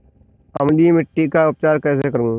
अम्लीय मिट्टी का उपचार कैसे करूँ?